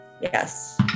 Yes